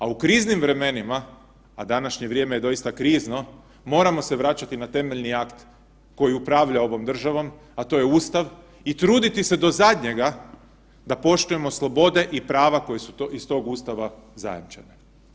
A u kriznim vremenima, a današnje vrijeme je doista krizno moramo se vraćati na temeljni akt koji upravlja ovom državom, a to je Ustav i truditi se do zadnjega da poštujemo slobode i prava koje su iz tog Ustava zajamčene.